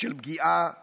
של פגיעה בביטחון.